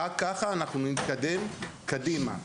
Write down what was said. רק כך נתקדם קדימה.